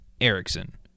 Erickson